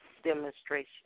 Demonstration